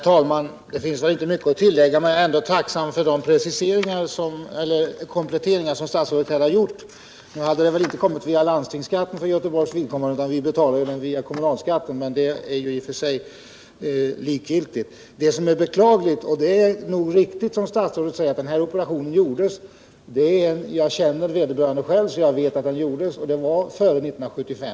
Enligt ett pressmeddelande från utbildningsdepartementet den 13 mars 1978 har statsrådet Britt Mogård i ett tal i Haparanda utlovat att skolan skall satsa mer på finskspråkiga elever. Som exempel nämns.i pressmeddelandet stöd till utveckling och produktion av läromedel samt särskilda fortbildningsinsatser för finskspråkiga klasslärare och hemspråkslärare.